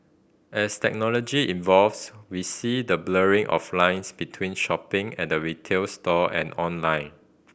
as technology evolves we see the blurring of lines between shopping at a retail store and online